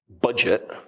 budget